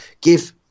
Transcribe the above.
give